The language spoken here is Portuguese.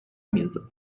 mesa